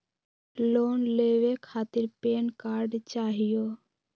Loan लेवे खातीर PAN card चाहियो?